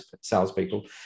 salespeople